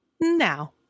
Now